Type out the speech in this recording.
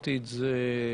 ואמרתי את זה מקודם.